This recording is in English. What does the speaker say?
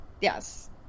Yes